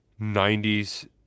90s